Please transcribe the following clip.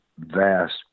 vast